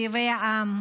אויבי העם,